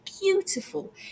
beautiful